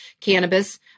cannabis